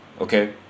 Okay